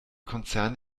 konzern